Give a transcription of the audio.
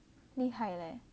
厉害咧